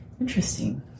interesting